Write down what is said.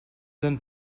donne